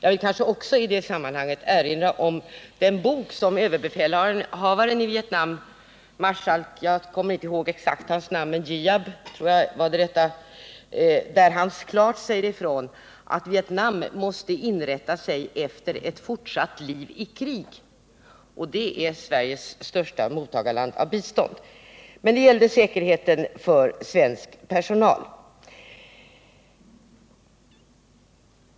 I det sammanhanget vill jag också erinra om den bok där överbefälhavaren i Vietnam, marskalk Giap, säger att Vietnam måste inrätta sig efter ett fortsatt liv i krig. Det landet är den största mottagaren av svenskt bistånd. Så till säkerheten för svensk personal.